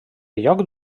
lloc